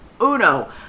Uno